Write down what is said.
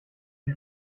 key